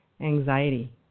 anxiety